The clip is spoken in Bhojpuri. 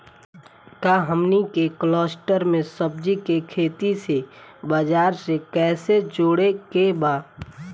का हमनी के कलस्टर में सब्जी के खेती से बाजार से कैसे जोड़ें के बा?